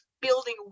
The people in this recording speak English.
building